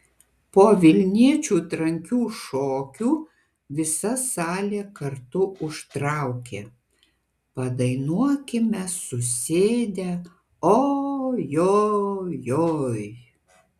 po vilniečių trankių šokių visa salė kartu užtraukė padainuokime susėdę o jo joj